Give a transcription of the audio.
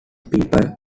people